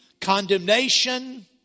condemnation